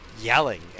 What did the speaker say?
yelling